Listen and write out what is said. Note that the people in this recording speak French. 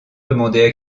demander